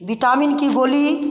vitamin की गोली